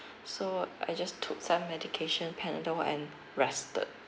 so I just took some medication panadol and rested